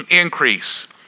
increase